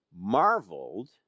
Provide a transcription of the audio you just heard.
marveled